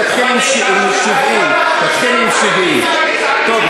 קודם תתחיל עם 70. תתחיל עם 70. טוב,